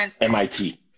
MIT